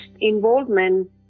involvement